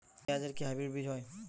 পেঁয়াজ এর কি হাইব্রিড বীজ হয়?